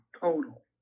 total